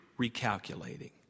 recalculating